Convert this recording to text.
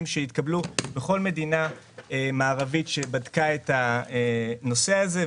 שהתקבלו בכל מדינה מערבית שבדקה את הנושא הזה,